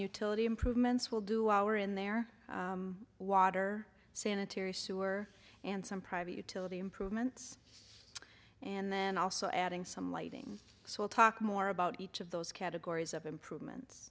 utility improvements will do our in there water sanitary sewer and some private utility improvements and then also adding some lighting so we'll talk more about each of those categories of improvements